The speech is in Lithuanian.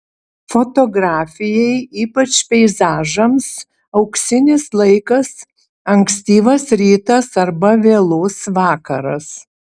fotografijai ypač peizažams auksinis laikas ankstyvas rytas arba vėlus vakaras